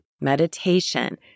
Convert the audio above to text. meditation